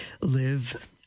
live